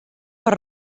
per